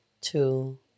Two